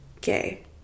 gay